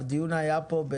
הדיון היה פה,